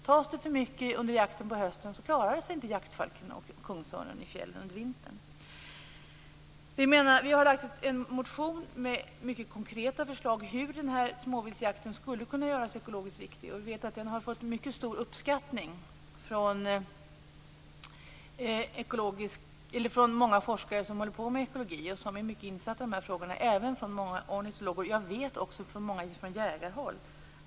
Tas det för mycket under jakten på hösten klarar sig inte jaktfalken och kungsörnen i fjällen under vintern. Vi har lagt fram en motion med mycket konkreta förslag till hur småviltsjakten skulle kunna göras ekologiskt riktig. Förslagen har uppskattats mycket av många forskare som sysslar med ekologi och är mycket insatta i frågorna. De har också uppskattats mycket av många ornitologer och från jägarhåll.